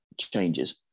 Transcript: changes